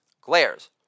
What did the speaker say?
Glares